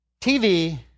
TV